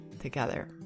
together